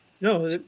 no